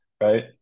Right